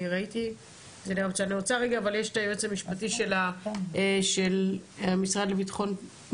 אני מבקשת לתת את רשות הדיבור לדובר המשרד לבטחון פנים,